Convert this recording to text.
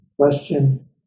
question